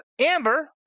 Amber